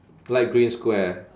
light green square